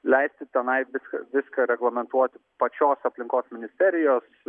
leisti tenai viską viską reglamentuot pačios aplinkos ministerijos